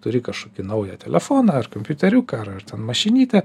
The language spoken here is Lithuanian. turi kažkokį naują telefoną ar kompiuteriuką ar ar ten mašinytę